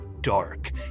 dark